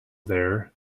there